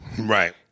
Right